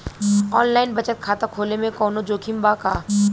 Online बचत खाता खोले में कवनो जोखिम बा का?